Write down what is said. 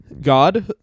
God